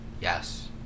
Yes